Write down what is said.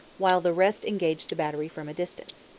while the rest engaged the battery from a distance.